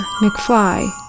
McFly